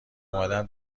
اومدم